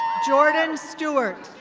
jordan stuart.